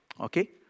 Okay